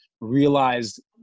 realized